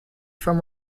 from